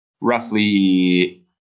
roughly